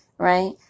Right